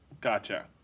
Gotcha